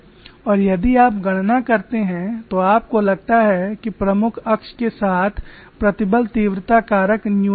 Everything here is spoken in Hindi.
और यदि आप गणना करते हैं तो आपको लगता है कि प्रमुख अक्ष के साथ प्रतिबल तीव्रता कारक न्यूनतम है